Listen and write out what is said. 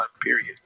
Period